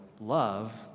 love